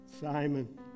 Simon